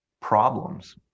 problems